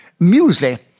muesli